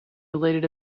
related